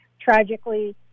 tragically